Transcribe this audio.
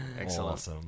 Excellent